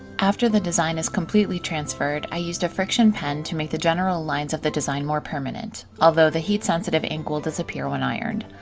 after the design is completely transferred, i used a frixion pen to make the general lines of the design more permanent, although the heat sensitive ink will disappear when ironed.